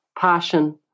passion